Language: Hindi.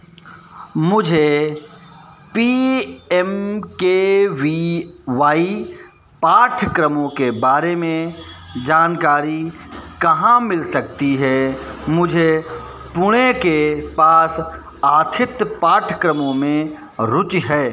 मुझे P M K V Y पाठ्यक्रमों के बारे में जानकारी कहाँ मिल सकती है मुझे पुणे के पास आथित्य पाठ्यक्रमों में रुचि है